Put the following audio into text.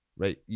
right